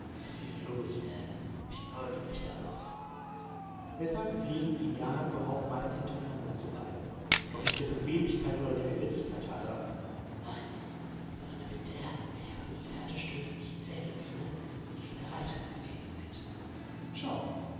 viel kluges werden bin neugierig darauf weshalb pflegen die indianer überhaupt meist hintereinander zu reiten doch nicht der bequemlichkeit oder der geselligkeit halber nein sondern damit der welcher auf ihre fährte stößt nicht zählen könne wie viele reiter es gewesen sind schau